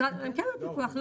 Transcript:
הם כן בפיקוח.